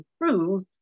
improve